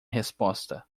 resposta